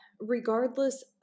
regardless